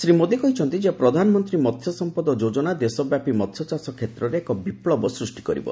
ଶ୍ରୀ ମୋଦୀ କହିଛନ୍ତି ଯେ ପ୍ରଧାନମନ୍ତ୍ରୀ ମସ୍ୟ ସଂପଦ ଯୋଜନା ଦେଶବ୍ୟାପୀ ମସ୍ୟଚାଷ କ୍ଷେତ୍ରରେ ଏକ ବିପୁବ ସୃଷ୍ଟି କରିବ